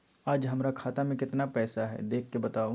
आज हमरा खाता में केतना पैसा हई देख के बताउ?